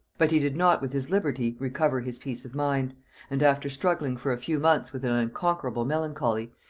but he did not with his liberty recover his peace of mind and after struggling for a few months with an unconquerable melancholy,